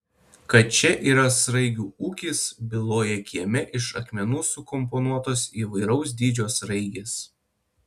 kad čia yra sraigių ūkis byloja kieme iš akmenų sukomponuotos įvairaus dydžio sraigės